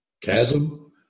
Chasm